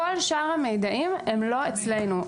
כל שאר המידעים הם לא אצלנו.